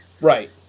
Right